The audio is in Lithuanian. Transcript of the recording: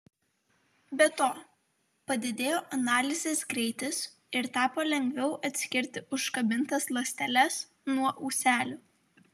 be to padidėjo analizės greitis ir tapo lengviau atskirti užkabintas ląsteles nuo ūselių